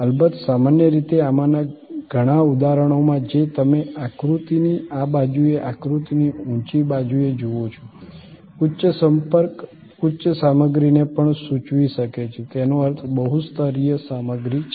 અલબત્ત સામાન્ય રીતે આમાંના ઘણા ઉદાહરણોમાં જે તમે આકૃતિની આ બાજુએ આકૃતિની ઊંચી બાજુએ જુઓ છો ઉચ્ચ સંપર્ક ઉચ્ચ સામગ્રીને પણ સૂચવી શકે છે તેનો અર્થ બહુ સ્તરીય સામગ્રી છે